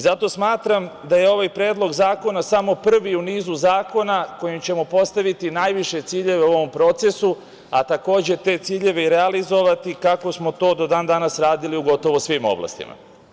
Zato smatram da je ovaj predlog zakona samo prvi u nizu zakona kojim ćemo postaviti najviše ciljeve u ovom procesu, a takođe te ciljeve i realizovati kako smo to do dan danas radili u gotovo svim oblastima.